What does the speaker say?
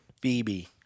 Phoebe